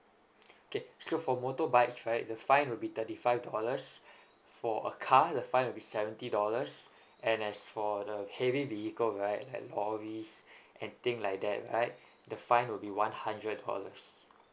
okay so for motorbikes right the fine will be thirty five dollars for a car the fine will be seventy dollars and as for the heavy vehicle right like lorries and thing like that right the fine will be one hundred dollars